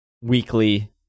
weekly